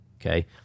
okay